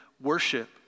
worship